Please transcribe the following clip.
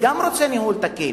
גם אני רוצה ניהול תקין.